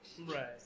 Right